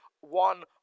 one